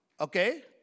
Okay